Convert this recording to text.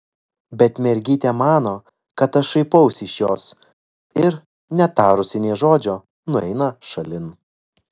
bet mergytė mano kad aš šaipausi iš jos ir netarusi nė žodžio nueina šalin